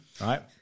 right